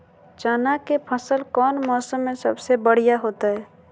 चना के फसल कौन मौसम में सबसे बढ़िया होतय?